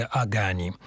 agani